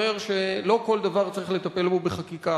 אומר שלא כל דבר צריך לטפל בו בחקיקה,